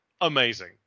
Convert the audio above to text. amazing